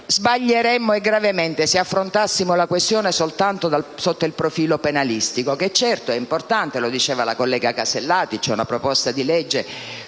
sbaglieremmo e gravemente, se affrontassimo la questione soltanto sotto il profilo penalistico, che è certamente importante, come diceva la collega Alberti Casellati: al riguardo c'è una proposta di legge